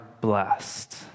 blessed